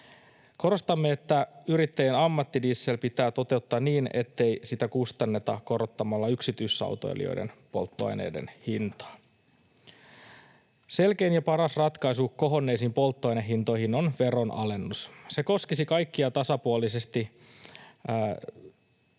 Korostamme, että yrittäjien ammattidiesel pitää toteuttaa niin, ettei sitä kustanneta korottamalla yksityisautoilijoiden polttoaineiden hintaa. Selkein ja paras ratkaisu kohonneisiin polttoainehintoihin on veronalennus. Se koskisi kaikkia tasapuolisesti